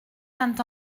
vint